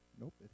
Nope